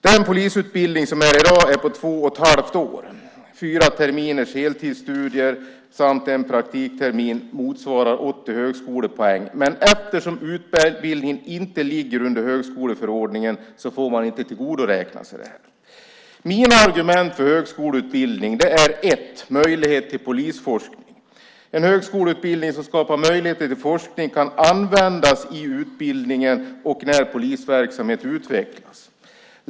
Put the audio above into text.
Den polisutbildning som finns i dag är på två och ett halvt år: fyra terminers heltidsstudier samt en praktiktermin motsvarar 80 högskolepoäng, men eftersom utbildningen inte ligger under högskoleförordningen får man inte tillgodoräkna sig det här. Jag har flera argument för högskoleutbildning. Det första är möjligheten till polisforskning. En högskoleutbildning som skapar möjligheter till forskning kan användas i utbildningen och när polisverksamhet utvecklas.